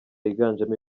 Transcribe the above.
yiganjemo